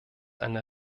eine